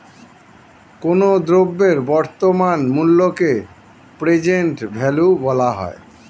কোনো দ্রব্যের বর্তমান মূল্যকে প্রেজেন্ট ভ্যালু বলা হয়